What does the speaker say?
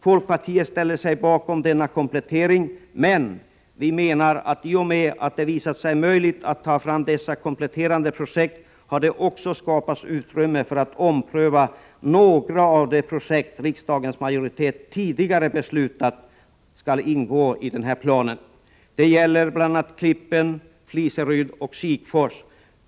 Folkpartiet ställer sig bakom denna komplettering. Men, vi menar att det också har skapats utrymme för att ompröva några av de projekt riksdagens majoritet tidigare beslutat skall ingå i planen i och med att det visat sig möjligt att ta fram dessa kompletterande projekt. Detta gäller Klippen, Fliseryd och Sikfors.